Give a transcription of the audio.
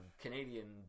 Canadian